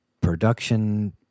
production